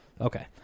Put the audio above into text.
okay